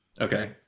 Okay